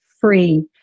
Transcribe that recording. free